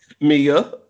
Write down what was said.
Mia